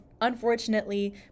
unfortunately